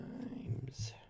times